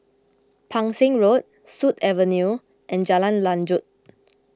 Pang Seng Road Sut Avenue and Jalan Lanjut